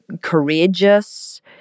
courageous